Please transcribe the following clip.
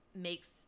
makes